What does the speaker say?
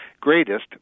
greatest